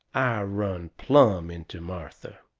i run plumb into martha.